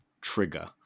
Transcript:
trigger